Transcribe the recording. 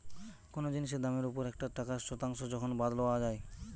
কোনো জিনিসের দামের ওপর একটা টাকার শতাংশ যখন বাদ লওয়া যাই